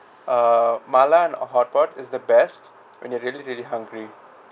uh mala and hotpot is the best when you're really really hungry